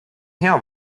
hea